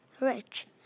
Rich